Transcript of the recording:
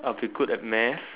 I'll be put at math